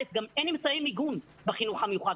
גם אין אמצעי מיגון בחינוך המיוחד,